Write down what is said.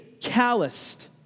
calloused